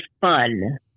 fun